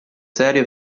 serie